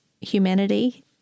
humanity